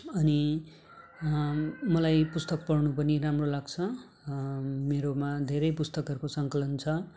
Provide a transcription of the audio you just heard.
अनि मलाई पुस्तक पढ्नु पनि राम्रो लाग्छ मेरोमा धेरै पुस्तकहरूको सङ्कलन छ